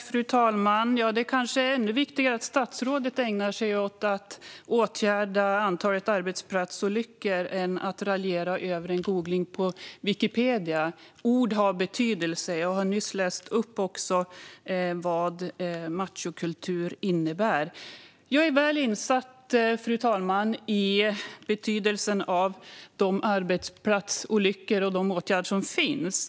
Fru talman! Det är kanske ännu viktigare att statsrådet ägnar sig åt att åtgärda antalet arbetsplatsolyckor än att raljera över en googling på Wikipedia. Ord har betydelse. Jag har också nyss läst upp vad machokultur innebär. Fru talman! Jag är väl insatt i betydelsen av de arbetsplatsolyckor och i de åtgärder som vidtagits.